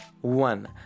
one